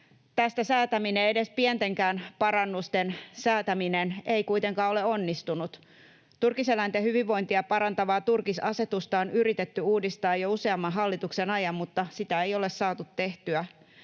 Tästä säätäminen, edes pientenkään parannusten säätäminen, ei kuitenkaan ole onnistunut. Turkiseläinten hyvinvointia parantavaa turkisasetusta on yritetty uudistaa jo useamman hallituksen ajan, mutta sitä ei ole saatu tehtyä.